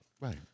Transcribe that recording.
right